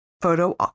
photo